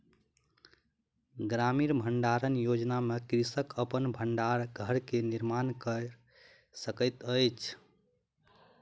ग्रामीण भण्डारण योजना में कृषक अपन भण्डार घर के निर्माण कय सकैत अछि